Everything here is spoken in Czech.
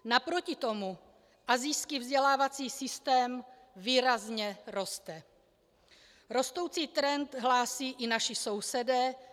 Naproti tomu asijský vzdělávací systém výrazně roste, rostoucí trend hlásí i naši sousedé.